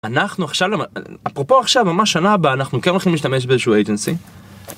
אנחנו עכשיו, אפרופו עכשיו ממש שנה הבאה אנחנו כן הולכים להשתמש באיזשהו agency.